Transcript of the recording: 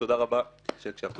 תודה רבה שהקשבתם לי.